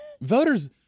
voters